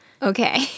Okay